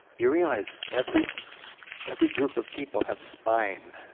you realize every every group of people have spine.